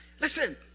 Listen